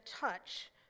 touch